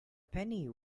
penny